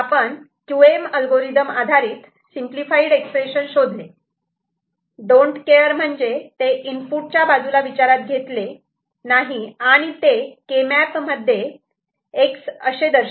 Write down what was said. आपण QM algorithm आधारित simplified expression शोधले डोन्ट केअर don't care म्हणजे ते इनपुट च्या बाजूला विचारात घेतले नाही आणि ते के मॅप मध्ये 'X' असे दर्शवले